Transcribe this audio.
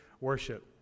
worship